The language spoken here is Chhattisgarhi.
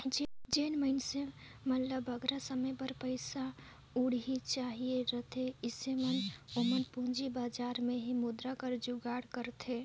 जेन मइनसे मन ल बगरा समे बर पइसा कउड़ी चाहिए रहथे अइसे में ओमन पूंजी बजार में ही मुद्रा कर जुगाड़ करथे